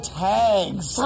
tags